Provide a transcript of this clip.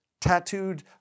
tattooed